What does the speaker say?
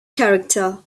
character